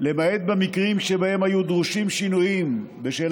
למעט במקרים שבהם היו דרושים שינויים בשל